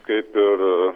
kaip ir